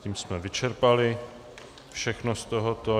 Tím jsme vyčerpali všechno z tohoto.